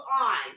on